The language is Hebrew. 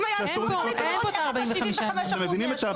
אם היה אסור לך להתחרות, איך אתה 75% מהשוק?